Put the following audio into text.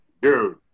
dude